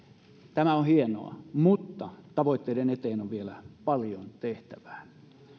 tämä on hienoa mutta tavoitteiden eteen on vielä paljon tehtävää